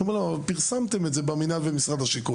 אני אומר להם: פרסמתם את זה במינהל ובמשרד השיכון,